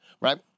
Right